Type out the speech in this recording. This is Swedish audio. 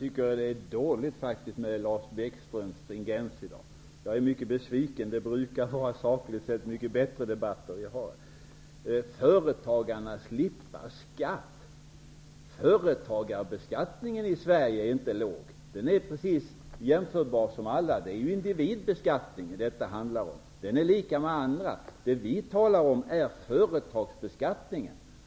Herr talman! Jag tycker att Lars Bäckströms stringens är dålig i dag. Jag är mycket besviken -- han brukar sakligt sett föra mycket bättre debatter. Lars Bäckström säger att företagarna slipper skatt. Företagarbeskattningen i Sverige är inte låg; den är jämförbar med andra. Detta handlar om individbeskattningen. Det vi talar om är företagsbeskattningen.